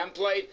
template